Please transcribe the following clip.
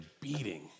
beating